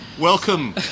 Welcome